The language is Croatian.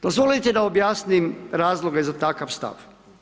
Dozvolite da objasnim razloge za takav stav.